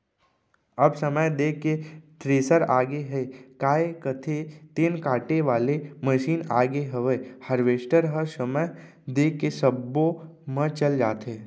अब समय देख के थेरेसर आगे हयय, काय कथें तेन काटे वाले मसीन आगे हवय हारवेस्टर ह समय देख के सब्बो म चल जाथे